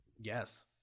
Yes